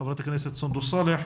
חברת הכנסת סונדוס סאלח.